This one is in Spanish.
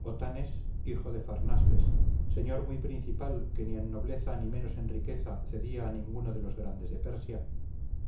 otanes hijo de farnaspes señor muy principal que ni en nobleza ni menos en riqueza cedía a ninguno de los grandes de persia